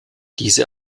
diese